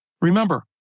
Remember